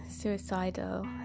suicidal